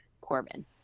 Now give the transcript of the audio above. Corbin